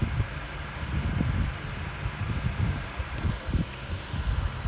!wow! but looks quite complicated ah look already I feel quite lazy what the hell